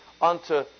unto